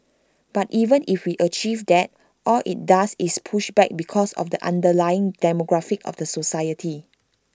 but even if we achieve that all IT does is push back because of the underlying demographic of the society